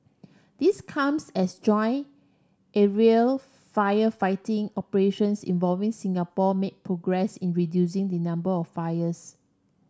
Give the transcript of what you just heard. this comes as joint aerial firefighting operations involving Singapore made progress in reducing the number of fires